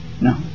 No